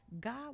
God